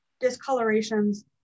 discolorations